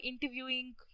interviewing